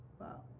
Wow